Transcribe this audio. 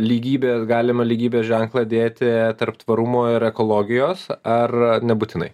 lygybės galima lygybės ženklą dėti tarp tvarumo ir ekologijos ar nebūtinai